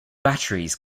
batteries